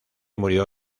murió